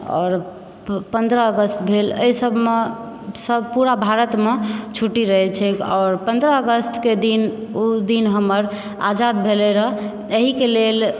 आओर पन्द्रह अगस्त भेल एहिसभमे सभ पूरा भारतमे छुट्टी रहैत छै आओर पन्द्रह अगस्तके दिन ओ दिन हमर आजाद भेलय रहऽ एहिके लेल